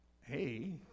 hey